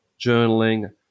journaling